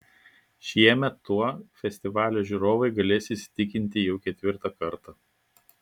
šiemet tuo festivalio žiūrovai galės įsitikinti jau ketvirtą kartą